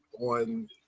on